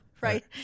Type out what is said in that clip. right